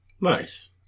Nice